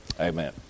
Amen